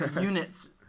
units